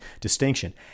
distinction